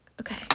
Okay